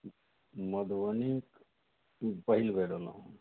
मधुबनी पहिल बेर एलहुँ हँ